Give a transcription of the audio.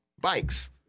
Bikes